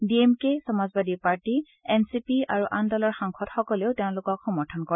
D M K Samajwadi party N C P আৰু আন দলৰ সাংসদসকলেও তেওঁলোকক সমৰ্থন কৰে